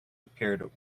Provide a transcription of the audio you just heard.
appeared